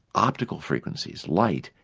optical frequencies, light,